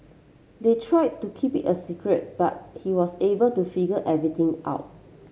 they tried to keep it a secret but he was able to figure everything out